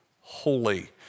holy